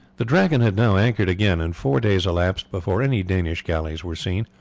the dragon had now anchored again, and four days elapsed before any danish galleys were seen.